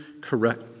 correct